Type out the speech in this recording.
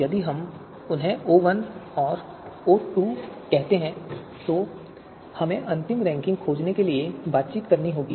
यदि हम उन्हें O1 और O2 कहते हैं तो हमें अंतिम रैंकिंग खोजने के लिए बातचीत करनी होगी